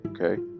Okay